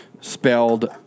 spelled